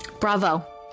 Bravo